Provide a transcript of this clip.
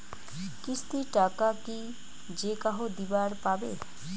কিস্তির টাকা কি যেকাহো দিবার পাবে?